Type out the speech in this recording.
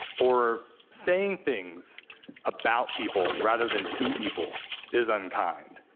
or saying things about people rather than to people is unkind,